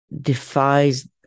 defies